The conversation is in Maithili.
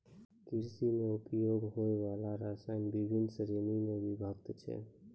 कृषि म उपयोग होय वाला रसायन बिभिन्न श्रेणी म विभक्त छै